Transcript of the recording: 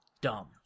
dumb